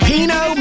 Pino